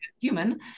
human